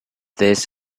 this